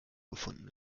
gefunden